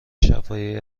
شفاهی